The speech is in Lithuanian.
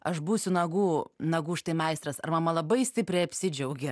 aš būsiu nagų nagų štai meistras ar mama labai stipriai apsidžiaugė